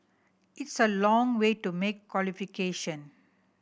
it's a long way to make qualification